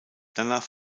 danach